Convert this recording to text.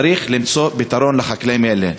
צריך למצוא פתרון לחקלאים האלה.